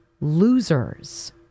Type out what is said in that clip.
Losers